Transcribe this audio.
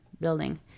building